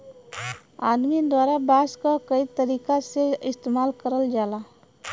आदमी द्वारा बांस क कई तरीका से इस्तेमाल करल जाला